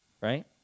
Right